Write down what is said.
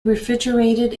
refrigerated